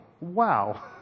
Wow